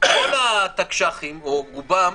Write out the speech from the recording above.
כל התקש"חים, או רובם,